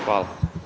Hvala.